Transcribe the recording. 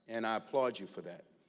and i applaud you for that.